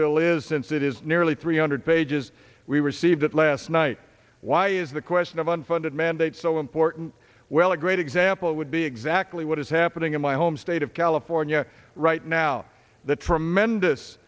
bill is since it is nearly three hundred pages we received it last night why is the question of unfunded mandates so important well a great example would be exactly what is happening in my home state of california right now the tremendous